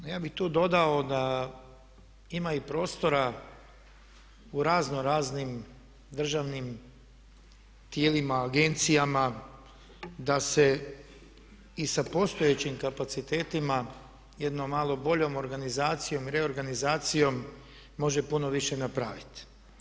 Ja bih tu dodao da ima i prostora u razno raznim državnim tijelima, agencijama da se i sa postojećim kapacitetima jednom malo boljom organizacijom i reorganizacijom može puno više napraviti.